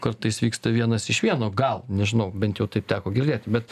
kartais vyksta vienas iš vieno gal nežinau bent jau taip teko girdėti bet